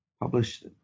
Published